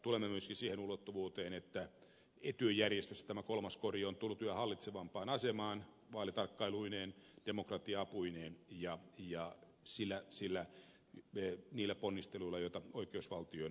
tulemme myöskin siihen ulottuvuuteen että ety järjestössä tämä kolmas kori on tullut yhä hallitsevampaan asemaan vaalitarkkailuineen demokratia apuineen ja niillä ponnisteluilla joita oikeusvaltion synnyttämiseksi tehdään